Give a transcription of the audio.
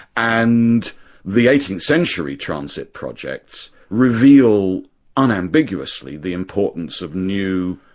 and the eighteenth century transit projects reveal unambiguously the importance of new,